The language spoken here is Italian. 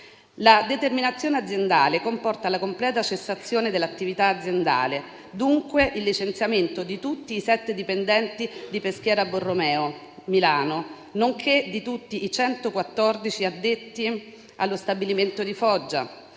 la determinazione aziendale comporta la completa cessazione dell'attività, dunque il licenziamento di tutti i 7 dipendenti di Peschiera Borromeo (Milano), nonché di tutti i 114 dipendenti addetti allo stabilimento di Foggia,